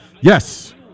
Yes